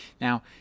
now